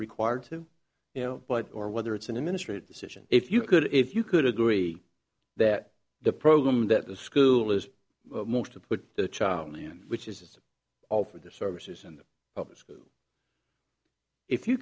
required to you know but or whether it's an administrative decision if you could if you could agree that the program that the school is most to put the child in which is all for the services in the public school if you